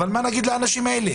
אבל מה נגיד לאנשים האלה?